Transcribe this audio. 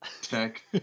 tech